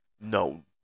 No